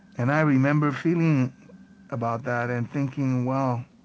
and i remember feeling about that and thinking well,